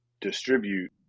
distribute